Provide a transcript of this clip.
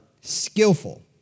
skillful